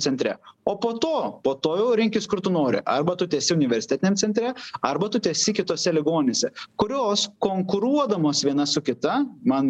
centre o po to po to jau rinkis kur tu nori arba tu tęsi universitetiniam centre arba tu tęsi kitose ligonėse kurios konkuruodamos viena su kita man